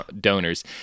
donors